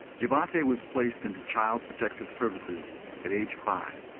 gervonta was placed into child protective services at age five.